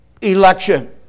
election